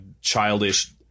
childish